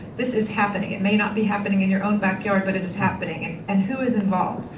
this is happening. it may not be happening in your own backyard but it is happening. and and who is involved?